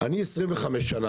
אני 25 במועצה,